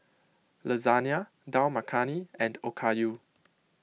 Lasagna Dal Makhani and Okayu